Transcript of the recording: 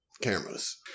cameras